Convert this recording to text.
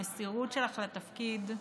המסירות שלך לתפקיד,